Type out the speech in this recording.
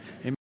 Amen